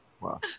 Wow